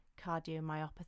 cardiomyopathy